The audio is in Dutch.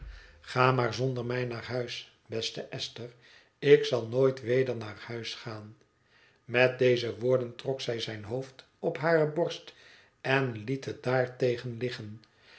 ga maar zonder mij naar huis beste esther ik zal nooit weder naar huis gaan met deze woorden trok zij zijn hoofd op hare borst en en liet het daartegen liggen